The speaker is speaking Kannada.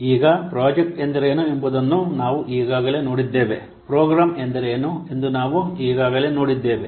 ಈಗ ಪ್ರಾಜೆಕ್ಟ್ ಎಂದರೇನು ಎಂಬುದನ್ನು ನಾವು ಈಗಾಗಲೇ ನೋಡಿದ್ದೇವೆ ಪ್ರೋಗ್ರಾಂ ಎಂದರೇನು ಎಂದು ನಾವು ಈಗಾಗಲೇ ನೋಡಿದ್ದೇವೆ